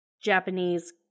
Japanese